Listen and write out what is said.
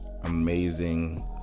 amazing